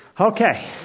Okay